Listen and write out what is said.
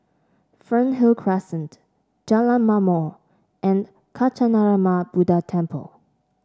Fernhill Crescent Jalan Ma'mor and Kancanarama Buddha Temple